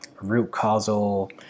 root-causal